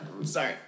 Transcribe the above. Sorry